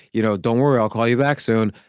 you know don't worry, i'll call you back soon.